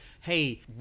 hey